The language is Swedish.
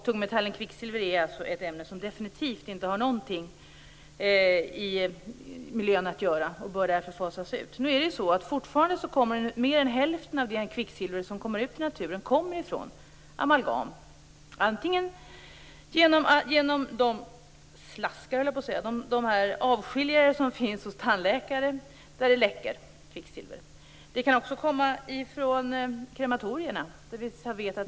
Tungmetallen kvicksilver är ett ämne som definitivt inte har någonting i miljön att göra och som därför bör fasas ut. Fortfarande kommer mer än hälften av det kvicksilver som sprids ut i naturen från amalgam, antingen från kvicksilverläckande slaskar eller avskiljare som finns hos tandläkare eller från krematorier.